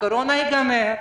הקורונה תיגמר,